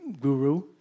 guru